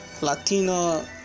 Latino